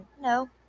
No